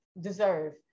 deserve